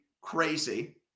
crazy